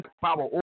power